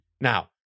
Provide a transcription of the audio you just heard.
Now